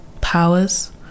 powers